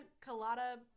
colada